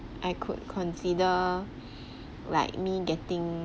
I could consider like me getting